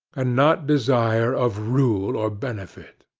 and not desire of rule or benefit.